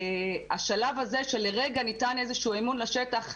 השלב הזה שלרגע ניתן איזשהו אימון לשטח,